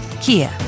Kia